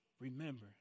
Remember